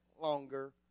longer